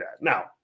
Now